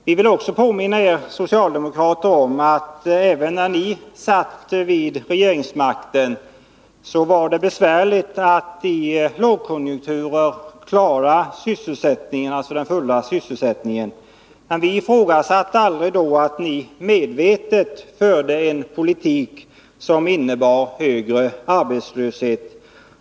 Vi vill också påminna er socialdemokrater om att även när ni satt vid regeringsmakten, var det besvärligt att i lågkonjunkturer klara den fulla sysselsättningen. Men vi ifrågasatte aldrig att ni medvetet förde en politik som innebar högre arbetslöshet.